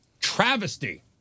Travesty